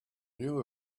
knew